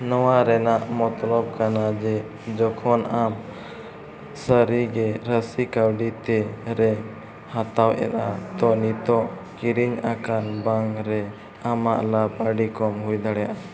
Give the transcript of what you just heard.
ᱱᱚᱣᱟ ᱨᱮᱱᱟᱜ ᱢᱚᱛᱞᱚᱵ ᱠᱟᱱᱟ ᱡᱮ ᱡᱚᱠᱷᱚᱱ ᱟᱢ ᱥᱟᱹᱨᱤ ᱜᱮ ᱨᱟᱹᱥᱤ ᱠᱟᱹᱣᱰᱤ ᱛᱤ ᱨᱮᱢ ᱦᱟᱛᱟᱣᱮᱫᱟ ᱛᱚ ᱱᱤᱛᱚᱜ ᱠᱤᱨᱤᱧ ᱟᱠᱟᱱ ᱵᱨᱟᱱᱰ ᱨᱮ ᱟᱢᱟᱜ ᱞᱟᱵᱷ ᱟᱹᱰᱤ ᱠᱚᱢ ᱦᱩᱭ ᱫᱟᱲᱮᱭᱟᱜᱼᱟ